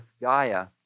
Gaia